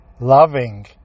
loving